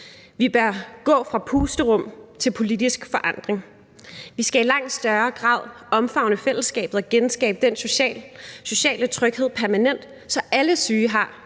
Vi bør gå fra pusterum til politisk forandring. Vi skal i langt højere grad omfavne fællesskabet og genskabe den sociale tryghed permanent, så alle syge har